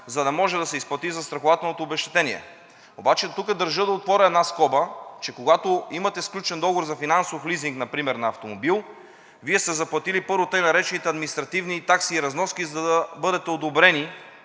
за да може да се изплати застрахователното обезщетение. Обаче тук държа да отворя една скоба, че когато имате сключен договор за финансов лизинг, например на автомобил, Вие сте заплатили, първо, тъй наречените административни такси и разноски, за да бъдете одобрени